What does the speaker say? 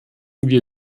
wir